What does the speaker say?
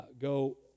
go